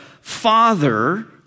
father